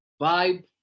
vibe